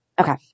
Okay